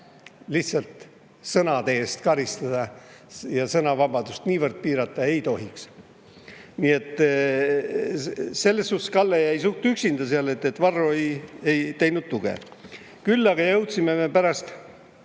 lihtsalt sõnade eest karistada ja sõnavabadust niivõrd piirata ei tohiks. Nii et selles suhtes Kalle jäi suht üksinda, Varro ei toetanud. Küll aga jõudsime me pärast